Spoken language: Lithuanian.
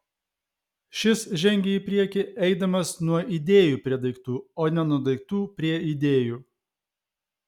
šis žengia į priekį eidamas nuo idėjų prie daiktų o ne nuo daiktų prie idėjų